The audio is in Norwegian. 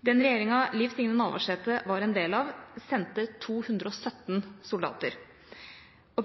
Den regjeringa Liv Signe Navarsete var en del av, sendte 217 soldater.